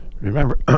Remember